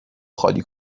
خالی